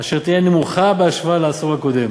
אשר תהיה נמוכה בהשוואה לעשור הקודם.